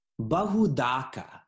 bahudaka